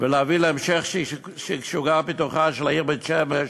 ולהביא להמשך שגשוגה ופיתוחה של העיר בית-שמש,